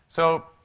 so,